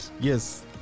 Yes